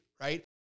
right